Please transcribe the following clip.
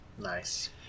Nice